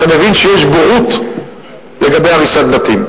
אתה מבין שיש בורות לגבי הריסת בתים.